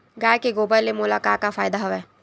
गाय के गोबर ले मोला का का फ़ायदा हवय?